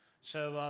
so